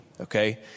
Okay